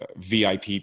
VIP